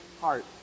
heart